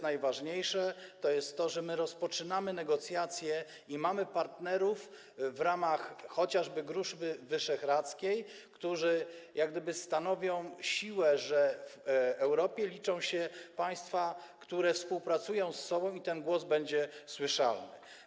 Najważniejsze jest to, że rozpoczynamy negocjacje i mamy partnerów w ramach chociażby Grupy Wyszehradzkiej, którzy stanowią siłę, stanowią, że w Europie liczą się państwa, które współpracują ze sobą, ten głos będzie słyszalny.